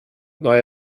neue